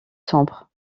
sombre